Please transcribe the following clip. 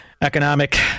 economic